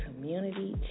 community